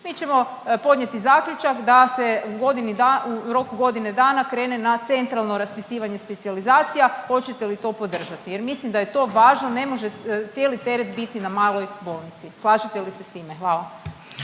Mi ćemo podnijeti zaključak da se u godini da…, u roku godine dana krene na centralno raspisivanje specijalizacija. Hoćete li to podržati? Jer mislim da je to važno, ne može cijeli teret biti na maloj bolnici, slažete li se s time? Hvala.